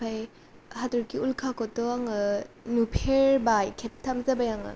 ओमफ्राय हाथरखि उल्खाखौथ' आङो नुफेरबाय खेबथाम जाबाय आङो